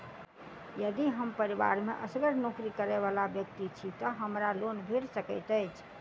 यदि हम परिवार मे असगर नौकरी करै वला व्यक्ति छी तऽ हमरा लोन भेट सकैत अछि?